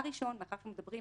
גם זו אופציה שאינה מדברת